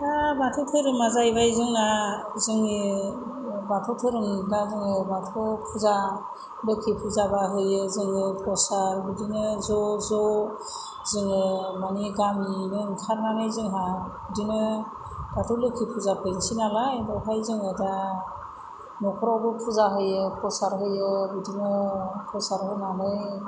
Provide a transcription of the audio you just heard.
दा बाथौ धोरोमा जाहैबाय जोंना जोंनि बाथौ धोरोम दा जोङो बाथौ फुजा लोखि फुजाबा होयो जोङो प्रसाद बिदिनो ज' ज' जोङो मानि गामियैनो ओंखारनानै जोंहा बिदिनो दाथ' लोखि फुजा फैसै नालाय बहाय जोङो दा नखरावबो फुजा होयो प्रसाद होयो बिदिनो प्रसाद होनानै